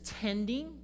tending